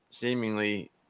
seemingly